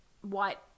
white